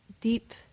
deep